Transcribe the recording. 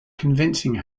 convincing